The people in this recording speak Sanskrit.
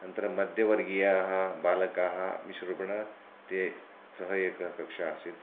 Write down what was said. अनन्तरं मध्यमवर्गीयाः बालकाः मिश्ररूपेण ते सः एकः कक्षा आसीत्